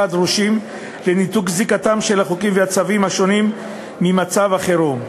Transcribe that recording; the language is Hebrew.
הדרושים לניתוק זיקתם של החוקים והצווים השונים ממצב החירום.